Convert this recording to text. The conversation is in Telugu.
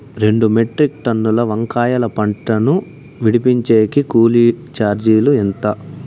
రెండు మెట్రిక్ టన్నుల వంకాయల పంట ను విడిపించేకి కూలీ చార్జీలు ఎంత?